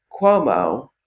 Cuomo